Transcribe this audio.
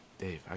Dave